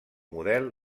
model